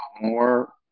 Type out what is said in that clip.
More